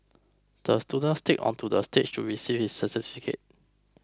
the student skated onto the stage to receive his certificate